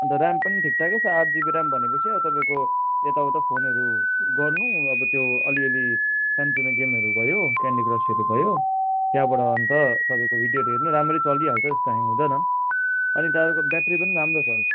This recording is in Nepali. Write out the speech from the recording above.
अन्त ऱ्याम पनि ठिकठाकै छ आठ जिबी ऱ्याम भनेपछि अब तपाईँको यताउता फोनहरू गर्नु अब त्यो अलिअलि सानातिना गेमहरू भयो क्यान्डी क्रसहरू भयो त्यहाँबाट अन्त तपाईँको भिडियोहरू हेर्नु राम्ररी चलिहाल्छ त्यस्तो ह्याङ हुँदैन अनि तपाईँको ब्याट्री पनि राम्रो चल्छ